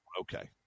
Okay